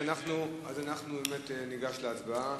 ניגש להצבעה.